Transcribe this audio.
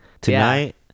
tonight